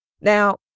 Now